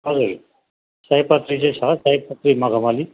हजुर सयपत्री चाहिँ छ सयपत्री मखमली